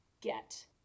get